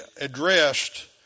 addressed